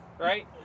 Right